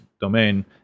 domain